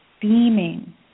beaming